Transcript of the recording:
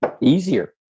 easier